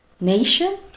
nation